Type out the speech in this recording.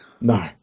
No